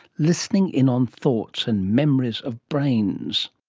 listening in on thoughts and memories of brains